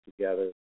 together